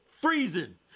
freezing